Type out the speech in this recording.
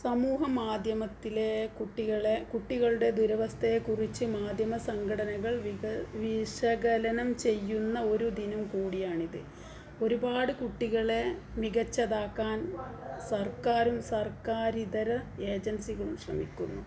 സമൂഹ മാധ്യമത്തിലെ കുട്ടികളുടെ ദുരവസ്ഥയെക്കുറിച്ച് മാധ്യമ സംഘടനകൾ വിക വിശകലനം ചെയ്യുന്ന ഒരു ദിനം കൂടിയാണിത് ഒരുപാട് കുട്ടികളെ മികച്ചതാക്കാൻ സർക്കാരും സർക്കാരിതര ഏജൻസികളും ശ്രമിക്കുന്നു